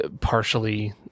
partially